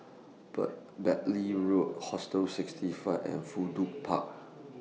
but Bartley Road Hostel sixty five and Fudu Park